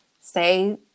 say